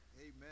Amen